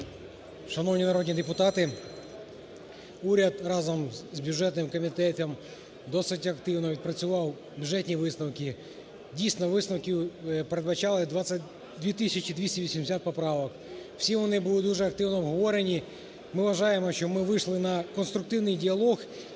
Шановні народні депутати! Уряд разом з бюджетним комітетом досить активно відпрацював бюджетні висновки, дійсно, висновки передбачали 2 тисячі 280 поправок, всі вони були дуже активно обговорені. Ми вважаємо, що ми вийшли на конструктивний діалог